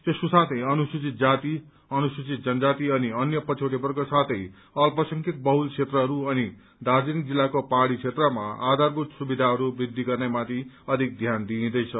यसको साथै अनुसूचित जाति अनुसूचित जनजाति अनि अन्य पछैटेवर्ग साथै अल्पसंख्यक बहुत क्षेत्रहरू अनि दार्जीलिङ जिल्लाको पहाड़ी क्षेत्रमा आधारभूत सुविधाहरू वृद्धि गर्नेमाथि अधिक ध्यान दिइन्दैछ